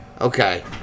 Okay